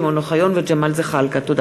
שמעון אוחיון וג'מאל זחאלקה בנושא: